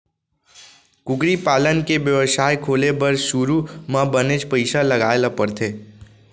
कुकरी पालन के बेवसाय खोले बर सुरू म बनेच पइसा लगाए ल परथे